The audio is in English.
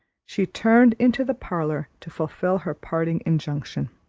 she turned into the parlour to fulfill her parting injunction.